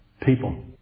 people